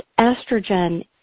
estrogen